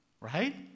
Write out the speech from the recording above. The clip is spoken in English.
Right